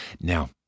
Now